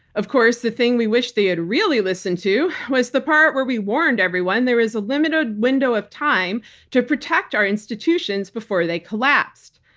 of course, the thing we wish they had really listened to was the part where we warned everyone there is a limited window of time to protect our institutions before they collapsed.